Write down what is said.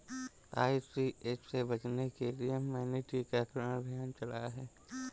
ICH से बचने के लिए मैंने टीकाकरण अभियान चलाया है